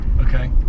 Okay